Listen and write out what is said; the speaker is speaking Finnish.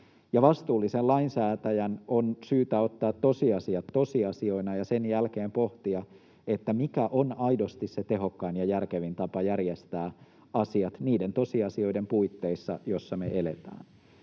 Vastuullisen lainsäätäjän on syytä ottaa tosiasiat tosiasioina ja sen jälkeen pohtia, mikä on aidosti tehokkain ja järkevin tapa järjestää asiat niiden tosiasioiden puitteissa, joissa me eletään.